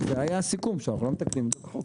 זה היה הסיכום, שאנחנו לא מתקנים את החוק.